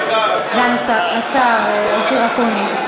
אופיר אקוניס.